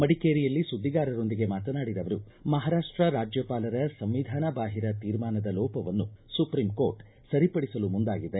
ಮಡಿಕೇರಿಯಲ್ಲಿ ಸುದ್ದಿಗಾರರೊಂದಿಗೆ ಮಾತನಾಡಿದ ಅವರು ಮಹಾರಾಷ್ಟ ರಾಜ್ಯಪಾಲರ ಸಂವಿಧಾನಬಾಹಿರ ತೀರ್ಮಾನದ ಲೋಪವನ್ನು ಸುಪ್ರಿಂಕೋರ್ಟ್ ಸರಿಪಡಿಸಲು ಮುಂದಾಗಿದೆ